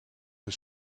his